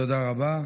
תודה רבה.